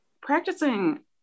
practicing